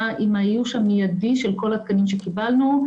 עם האיוש המיידי של כל התקנים שקיבלנו.